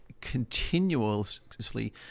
continuously